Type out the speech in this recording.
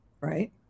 right